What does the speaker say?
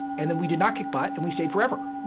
and then we did not kick butt and we stayed forever.